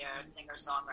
singer-songwriter